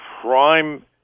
prime